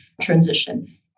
transition